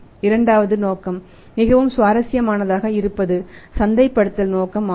இரண்டாவது நோக்கம் மிகவும் சுவாரஸ்யமானதாக இருப்பது சந்தைப்படுத்தல் நோக்கம் ஆகும்